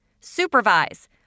Supervise